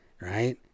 right